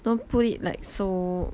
don't put it like so